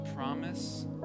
promise